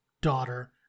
daughter